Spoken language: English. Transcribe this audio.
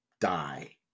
die